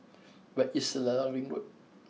where is Selarang Ring Road